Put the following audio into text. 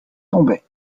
tombée